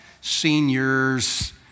seniors